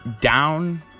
down